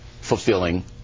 fulfilling